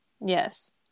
Yes